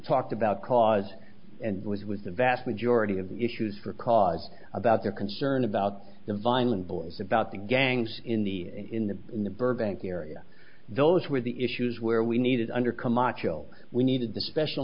talked about cause and with the vast majority of the issues for a cause about their concern about the violent boys about the gangs in the in the in the burbank area those were the issues where we needed under camacho we needed the special